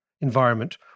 environment